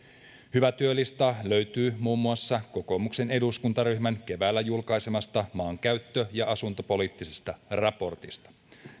hyvä työlista löytyy muun muassa kokoomuksen eduskuntaryhmän keväällä julkaisemasta maankäyttö ja asuntopoliittisesta raportista